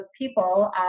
people